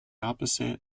opposite